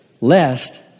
Lest